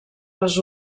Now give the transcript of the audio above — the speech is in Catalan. les